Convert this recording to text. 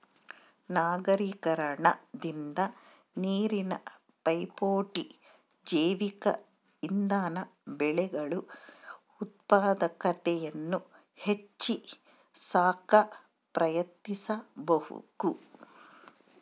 ನಗರೀಕರಣದಿಂದ ನೀರಿನ ಪೈಪೋಟಿ ಜೈವಿಕ ಇಂಧನ ಬೆಳೆಗಳು ಉತ್ಪಾದಕತೆಯನ್ನು ಹೆಚ್ಚಿ ಸಾಕ ಪ್ರಯತ್ನಿಸಬಕು